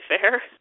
fair